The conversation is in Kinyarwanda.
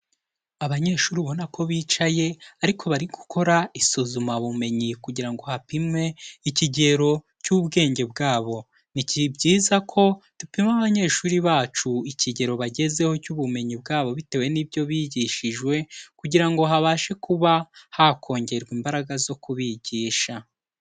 Abanyeshuri ubona ko bicaye ariko bari gukora isuzumabumenyi kugira ngo hapimwe ikigero cy'ubwenge bwabo, ni byiza ko dupima abanyeshuri bacu ikigero bagezeho cy'ubumenyi bwabo bitewe n'ibyo bigishijwe kugira ngo habashe kuba hakongerwa imbaraga zo kubigisha.